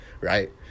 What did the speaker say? Right